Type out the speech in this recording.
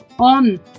on